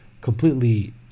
completely